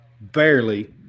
barely